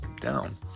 down